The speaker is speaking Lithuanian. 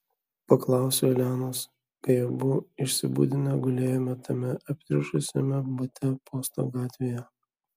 paklausiau elenos kai abu išsibudinę gulėjome tame aptriušusiame bute posto gatvėje